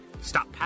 Stop